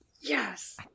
Yes